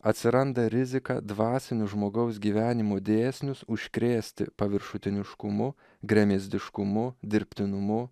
atsiranda rizika dvasinius žmogaus gyvenimo dėsnius užkrėsti paviršutiniškumu gremėzdiškumu dirbtinumu